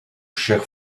cher